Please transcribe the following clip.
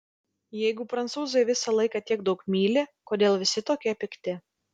jeigu prancūzai visą laiką tiek daug myli kodėl visi tokie pikti